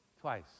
Twice